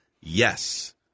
yes